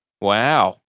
Wow